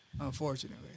unfortunately